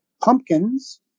pumpkins